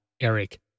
Eric